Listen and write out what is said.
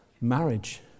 marriage